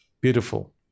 beautiful